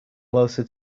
closer